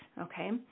okay